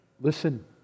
Listen